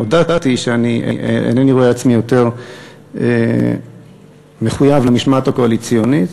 הודעתי שאינני רואה עצמי יותר מחויב למשמעת הקואליציונית.